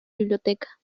biblioteca